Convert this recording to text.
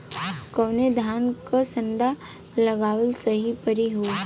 कवने धान क संन्डा लगावल सही परी हो?